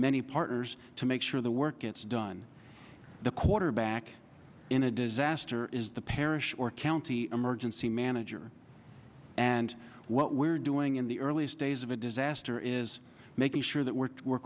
many partners to make sure the work gets done the quarterback in a disaster is the parish or county emergency manager and what we're doing in the earliest days of a disaster is making sure that we're we're